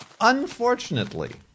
Unfortunately